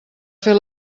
fer